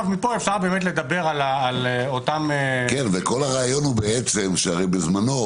מפה אפשר לדבר על אותם --- וכל הרעיון שבזמנו,